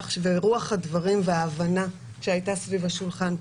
ורוח הדברים וההבנה שהייתה סביב השולחן,